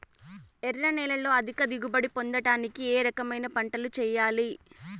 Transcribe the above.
ఎర్ర నేలలో అధిక దిగుబడి పొందడానికి ఏ రకమైన పంటలు చేయాలి?